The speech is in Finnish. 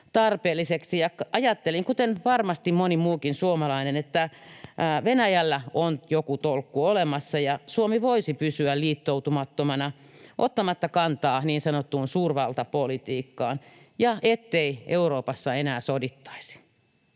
tarpeelliseksi, ja ajattelin, kuten varmasti moni muukin suomalainen, että Venäjällä on joku tolkku olemassa ja Suomi voisi pysyä liittoutumattomana ottamatta kantaa niin sanottuun suurvaltapolitiikkaan, ja ettei Euroopassa enää sodittaisi.